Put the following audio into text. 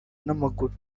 n’amaguru